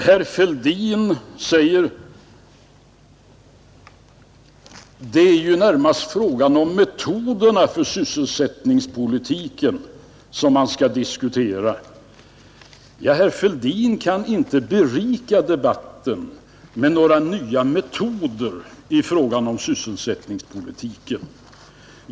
Herr Fälldin sade att vad man närmast skall diskutera är metoderna för sysselsättningspolitiken. Herr Fälldin kan emellertid inte berika debatten med några nya metoder för sysselsättningspolitiken.